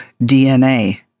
DNA